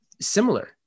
similar